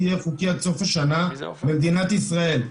יהיה חוקי עד סוף השנה במדינת ישראל.